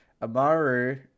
Amaru